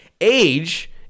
Age